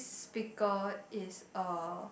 speaker is a